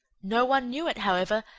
no one knew it, however,